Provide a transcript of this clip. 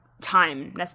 time